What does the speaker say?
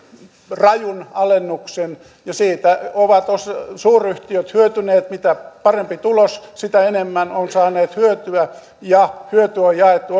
rajun alennuksen ja siitä ovat suur yhtiöt hyötyneet mitä parempi tulos sitä enemmän ovat saaneet hyötyä ja hyöty on jaettu